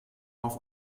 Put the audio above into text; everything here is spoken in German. auf